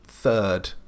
Third